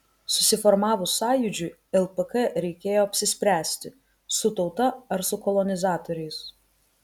susiformavus sąjūdžiui lpk reikėjo apsispręsti su tauta ar su kolonizatoriais